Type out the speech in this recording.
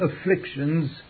afflictions